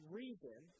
reason